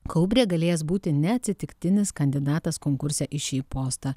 kaubrė galėjęs būti ne atsitiktinis kandidatas konkurse į šį postą